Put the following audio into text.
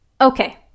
Okay